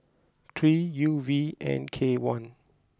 three U V N K one